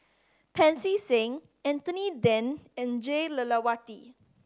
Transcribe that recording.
Pancy Seng Anthony Then and Jah Lelawati